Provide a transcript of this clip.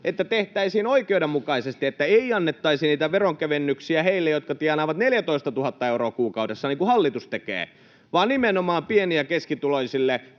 että tehtäisiin oikeudenmukaisesti, että ei annettaisi niitä veronkevennyksiä heille, jotka tienaavat 14 000 euroa kuukaudessa, niin kuin hallitus tekee, vaan nimenomaan pieni- ja keskituloisille